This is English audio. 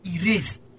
erase